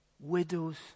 Widows